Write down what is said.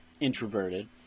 introverted